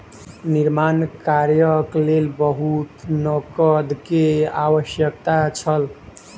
निर्माण कार्यक लेल बहुत नकद के आवश्यकता छल